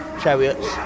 chariots